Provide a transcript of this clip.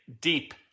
deep